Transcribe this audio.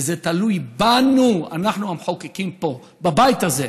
וזה תלוי בנו, אנחנו המחוקקים פה, בבית הזה,